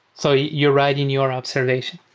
so you're right in your observation